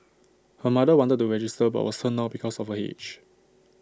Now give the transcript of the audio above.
her mother wanted to register but was turned down because of her age